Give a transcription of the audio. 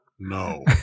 no